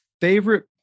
favorite